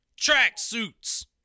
tracksuits